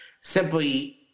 simply –